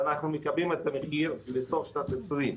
אנחנו מקבעים את המחיר לסוף שנת 2020,